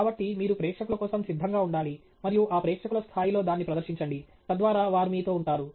కాబట్టి మీరు ప్రేక్షకుల కోసం సిద్ధంగా ఉండాలి మరియు ఆ ప్రేక్షకుల స్థాయిలో దాన్ని ప్రదర్శించండి తద్వారా వారు మీతో ఉంటారు